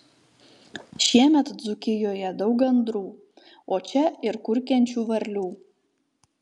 šiemet dzūkijoje daug gandrų o čia ir kurkiančių varlių